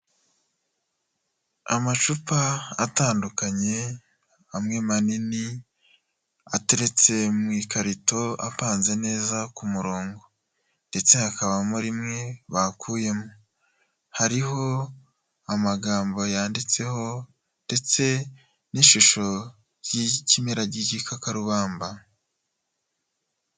Amacupa atandukanye, amwe manini, ateretse mu ikarito apanze neza ku murongo. Ndetse hakabamo rimwe bakuyemo. Hariho amagambo yanditseho, ndetse n'ishusho ry'ikimera cy'gikakarubamba.